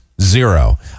zero